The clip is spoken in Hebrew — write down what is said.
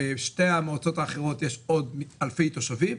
בשתי המועצות האחרות יש עוד אלפי תושבים,